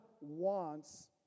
wants